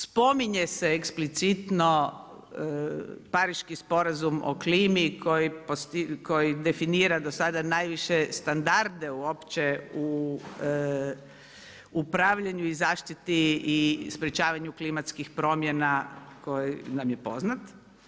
Spominje se eksplicitno Pariški sporazum o klimi koji definira do sada najviše standarde uopće u upravljanju i zaštiti i sprječavanju klimatskih promjena koji nam je poznat.